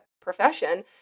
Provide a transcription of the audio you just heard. profession